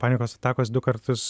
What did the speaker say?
panikos atakos du kartus